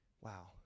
Wow